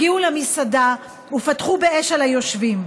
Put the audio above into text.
הגיעו למסעדה ופתחו באש על היושבים.